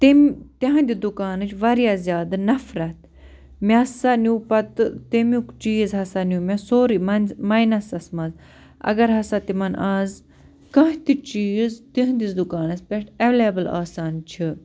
تِم تِہٕنٛدِ دُکانٕچ واریاہ زیادٕ نفرت مےٚ ہسا نِیٛوٗ پَتہٕ تَمیُک چیٖز ہسا نِیٛوٗ مےٚ سورُے منٛزٕ مایِنَسَس منٛز اَگر ہسا تِمَن اَز کانٛہہ تہِ چیٖز تِہٕنٛدِس دُکانَس پٮ۪ٹھ ایٚویلیبُل آسان چھُ